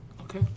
Okay